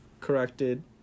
corrected